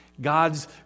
God's